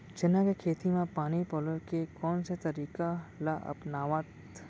चना के खेती म पानी पलोय के कोन से तरीका ला अपनावव?